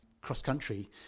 cross-country